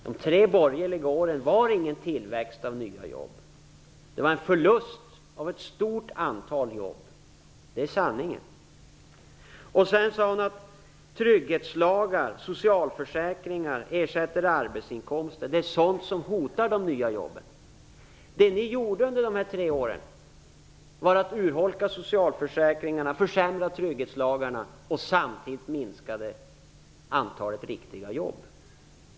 De tre borgerliga åren gav ingen tillväxt av nya jobb. Det var en förlust av ett stort antal jobb. Det är sanningen. Sedan sade hon att trygghetslagar och socialförsäkringar ersätter arbetsinkomsten. Det är sådant som hotar de nya jobben. Under dessa tre år urholkade ni socialförsäkringarna och försämrade trygghetslagarna samtidigt som antalet riktiga jobb minskade.